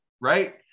right